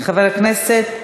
חבר הכנסת